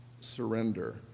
surrender